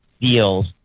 deals